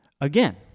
Again